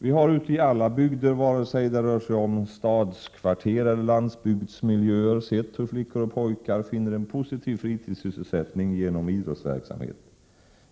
: Vi har ute i alla bygder, vare sig det rör sig om stadskvarter eller landsbygdsmiljöer, sett hur flickor och pojkar finner en positiv fritidssysselsättning genom idrottsverksamhet.